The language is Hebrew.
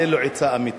תן לו עצה אמיתית,